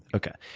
okay.